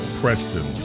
Preston